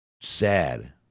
sad